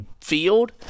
field